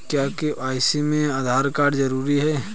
क्या के.वाई.सी में आधार कार्ड जरूरी है?